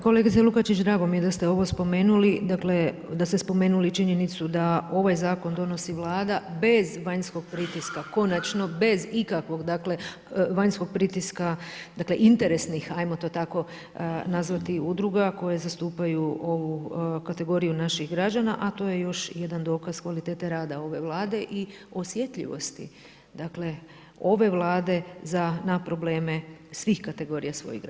Kolegice Lukačić drago mi je da ste ovo spomenuli, da ste spomenuli činjenicu da ovaj zakon donosi Vlada, bez vanjskog pritiska konačno, bez ikakvog vanjskog pritiska, dakle, interesnih ajmo to tako nazvati udruga, koje zastupaju ovu kategoriju naših građana, a to je još jedan dokaz kvalitete rada ove vlade i osjetljivosti, dakle ove vlade za na probleme svih kategorija svojih građana.